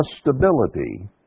stability